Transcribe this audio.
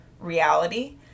reality